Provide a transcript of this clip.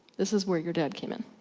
this is where your dad came in.